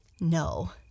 No